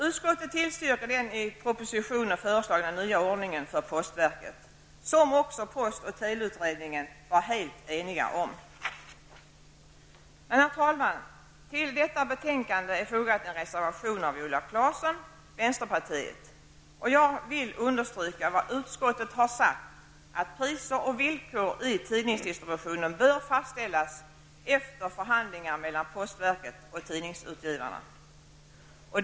Utskottet tillstyrker den i propositionen föreslagna nya ordningen för postverket, som även post och teleutredningen var helt enig om. Herr talman! Till detta betänkande är fogat en reservation av Viola Claesson, vänsterpartiet. Jag vill understryka vad utskottet har sagt om att priser och villkor i tidningsdistributionen bör fastställas efter förhandlingar mellan postverket och tidningsutgivarna.